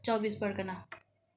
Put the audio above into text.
Chaubis Pargana